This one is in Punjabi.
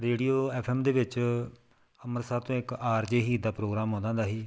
ਰੇਡੀਓ ਐੱਫ ਐੱਮ ਦੇ ਵਿੱਚ ਅੰਮ੍ਰਿਤਸਰ ਤੋਂ ਇੱਕ ਆਰ ਜੇ ਹੀ ਦਾ ਪ੍ਰੋਗਰਾਮ ਆਉਂਦਾ ਹੁੰਦਾ ਸੀ